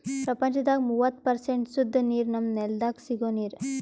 ಪ್ರಪಂಚದಾಗ್ ಮೂವತ್ತು ಪರ್ಸೆಂಟ್ ಸುದ್ದ ನೀರ್ ನಮ್ಮ್ ನೆಲ್ದಾಗ ಸಿಗೋ ನೀರ್